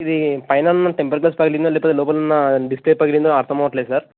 ఇదీ పైనున్న temper glass పగిలిందో లేతే లోపలున్నా డిస్ప్లే పగిలిందో అర్థమవుటలేదు సార్